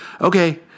okay